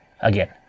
again